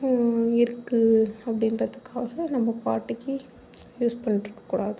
இருக்கு அப்படின்றத்துக்காக நம்ம பாட்டிக்கு யூஸ் பண்ணிட்டுருக்க கூடாது